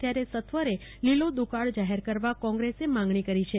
ત્યારે સત્વારે લીલો દુકાળ જાહેર કરવા કોગ્રેસે માંગણી કરી છે